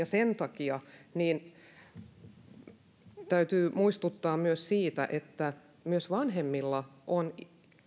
sen takia täytyy muistuttaa myös siitä että myös vanhemmilla on